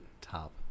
Top